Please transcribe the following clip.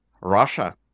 Russia